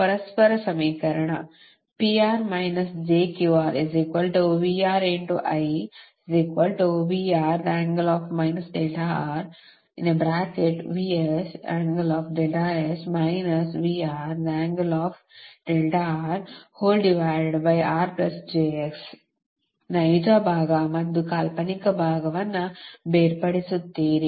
ಪರಸ್ಪರ ಸಮೀಕರಣ ನೈಜ ಭಾಗ ಮತ್ತು ಕಾಲ್ಪನಿಕ ಭಾಗವನ್ನು ಬೇರ್ಪಡಿಸುತ್ತೀರಿ